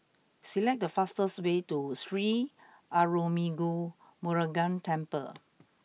select the fastest way to Sri Arulmigu Murugan Temple